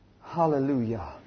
Hallelujah